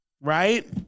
right